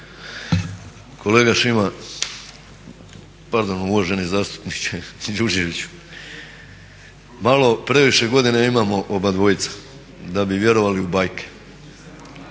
Kolega Šima, pardon uvaženi zastupniče Đurđeviću malo previše godina imamo obadvojica da bi vjerovali u bajke.